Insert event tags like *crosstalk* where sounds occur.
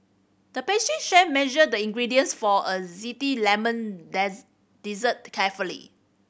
the pastry chef measured the ingredients for a *unintelligible* lemon *unintelligible* dessert carefully